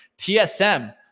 TSM